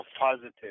positive